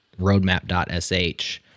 roadmap.sh